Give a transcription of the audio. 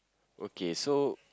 okay so